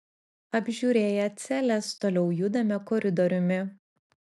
apžiūrėję celes toliau judame koridoriumi